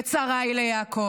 עת צרה היא ליעקב,